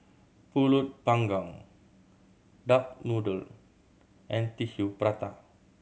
Pulut Panggang duck noodle and Tissue Prata